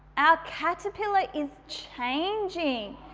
our caterpillar is changing,